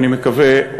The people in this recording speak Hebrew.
אני מקווה,